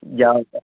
ਜ਼ਿਆਦਾ